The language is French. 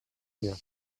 mien